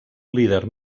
líder